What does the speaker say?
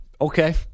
Okay